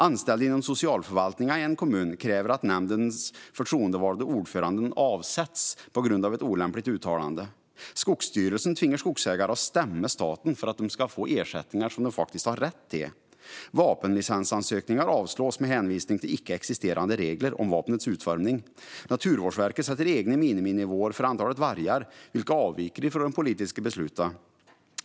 Anställda inom socialförvaltningen i en kommun kräver att nämndens förtroendevalda ordförande avsätts på grund av ett olämpligt uttalande. Skogsstyrelsen tvingar skogsägare att stämma staten för att de ska få de ersättningar de har rätt till. Vapenlicensansökningar avslås med hänvisning till icke existerande regler om vapnets utformning. Naturvårdsverket sätter egna miniminivåer för antalet vargar, vilka avviker från de politiska besluten.